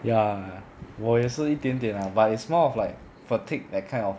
ya 我也是一点点 lah but it's more of like fatigue that kind of